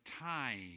time